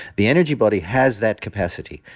the energy body has that capacity,